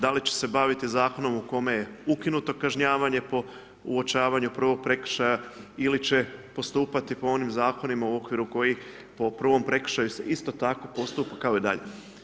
Da li će se baviti Zakonom u kome je ukinuto kažnjavanje po uočavanju prvog prekršaja ili će postupati po onim Zakonima u okviru kojih po prvom prekršaju se isto tako postupa kao i dalje?